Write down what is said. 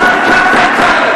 לכן אתה מקבל את הדקות.